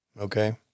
Okay